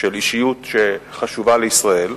של אישיות שחשובה לישראל,